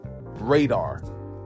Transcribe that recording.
radar